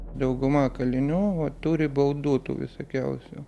dauguma kalinių turi baudų tų visokiausių